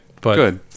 good